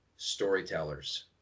storytellers